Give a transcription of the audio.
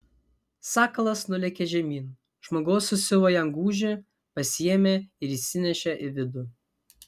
sakalas nulėkė žemyn žmogus susiuvo jam gūžį pasiėmė ir įsinešė į vidų